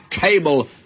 table